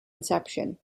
inception